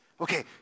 Okay